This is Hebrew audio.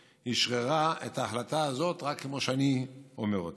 אשררה את ההחלטה הזאת רק כמו שאני אומר אותה.